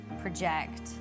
project